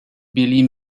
billie